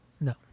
No